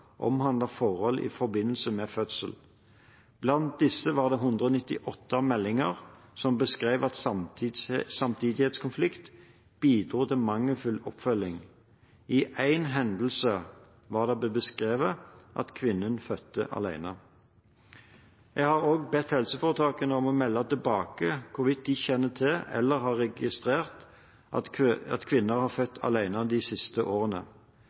forhold i forbindelse med fødsel. Blant disse var det 198 meldinger som beskrev at samtidighetskonflikt bidro til mangelfull oppfølging. I én hendelse var det beskrevet at kvinnen fødte alene. Jeg har også bedt helseforetakene om å melde tilbake hvorvidt de kjenner til eller har registrert at kvinner har født alene de siste årene.